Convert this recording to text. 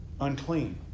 unclean